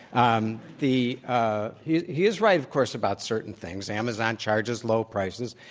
um the ah he he is right, of course, about certain things. amazon charges low prices.